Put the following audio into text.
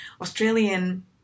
Australian